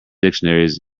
dictionaries